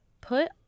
put